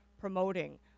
promoting